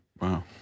wow